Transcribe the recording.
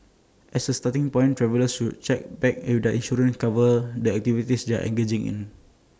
as A starting point travellers should check that if their insurance covers the activities they are engaging in